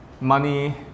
money